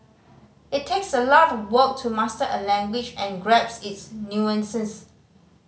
it takes a lot of work to master a language and grapes its nuances